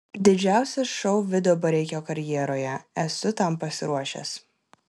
didžiausias šou vido bareikio karjeroje esu tam pasiruošęs